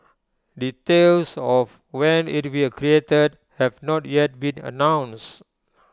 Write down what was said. details of when IT will created have not yet been announced